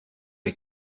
les